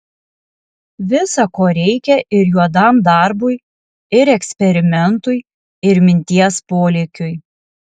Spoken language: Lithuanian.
visa ko reikia ir juodam darbui ir eksperimentui ir minties polėkiui